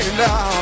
now